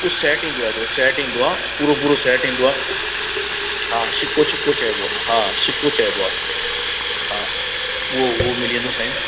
उहो सैट ईंदो आहे हिकिड़ो सैट ईंदो आहे पूरो पूरो सैट ईंदो आहे हा छिको छिको चइबो आहे हा छिको चइबो आहे हा उहो उहो मिली वेंदो साईं